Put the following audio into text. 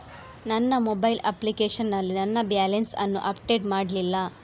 ನನ್ನ mobile application ನಲ್ಲಿ ನನ್ನ ಬ್ಯಾಲೆನ್ಸ್ ಅನ್ನು ಅಪ್ಡೇಟ್ ಮಾಡ್ಲಿಲ್ಲ